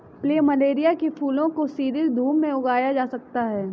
plumeria के फूलों को सीधी धूप में उगाया जा सकता है